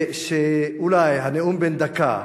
אולי הנאום בן דקה,